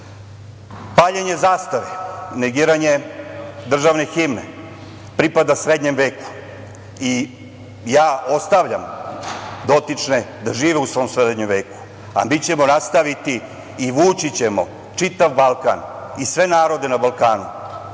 nije. Paljenje zastave, negiranje državne himne pripada srednjem veku. Ja ostavljam dotične da žive u svom srednjem veku, a mi ćemo nastaviti i vući ćemo čitav Balkan i sve narode na Balkanu